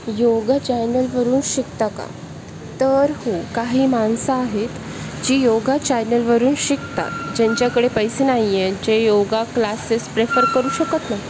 योग चॅनलवरून शिकता का तर हो काही माणसं आहेत जी योग चॅनलवरून शिकतात ज्यांच्याकडे पैसे नाही आहेत जे योग क्लासेस प्रेफर करू शकत नाही